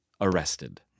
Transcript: arrested